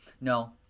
no